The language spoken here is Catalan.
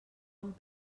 amb